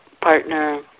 partner